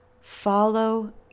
follow